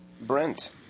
Brent